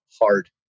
hard